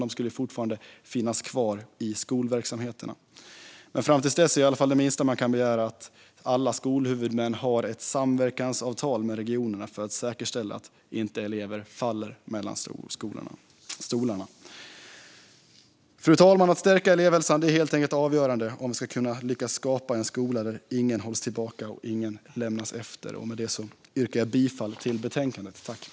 De skulle fortfarande finnas kvar i skolverksamheterna. Fram till dess är i varje fall det minsta man kan begära att alla skolhuvudmän har ett fungerande samverkansavtal med regionerna för att säkerställa att inte elever faller mellan stolarna. Fru talman! Att stärka elevhälsan är helt enkelt avgörande om vi ska lyckas skapa en skola där ingen hålls tillbaka och ingen lämnas efter. Med det yrkar jag bifall till utskottets förslag i betänkandet.